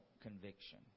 conviction